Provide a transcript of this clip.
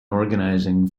organising